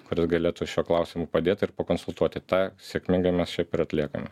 kurios galėtų šiuo klausimu padėt ir pakonsultuoti tą sėkmingai mes šiaip ir atliekame